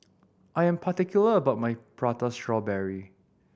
I am particular about my Prata Strawberry